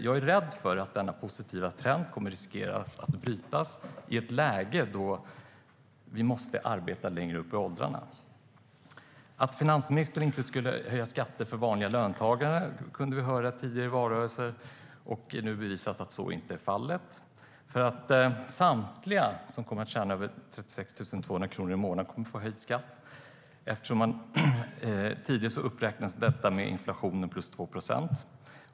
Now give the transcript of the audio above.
Jag är rädd att denna positiva trend kommer att brytas i ett läge då vi måste arbeta längre upp i åldrarna. Finansministern skulle inte höja skatter för vanliga löntagare, fick vi höra i valrörelsen. Nu har det bevisats att det inte stämmer. Samtliga som tjänar över 36 200 kronor i månaden kommer att få höjd skatt. Tidigare räknades detta upp med inflationen plus 2 procent.